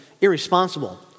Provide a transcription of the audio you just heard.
irresponsible